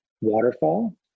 waterfall